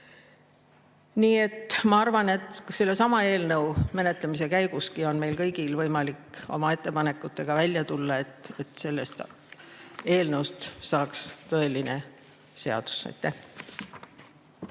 Ma arvan, et selle eelnõu menetlemise käiguski on meil kõigil võimalik oma ettepanekutega välja tulla, et sellest eelnõust saaks tõeline seadus.